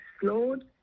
slowed